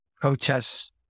protests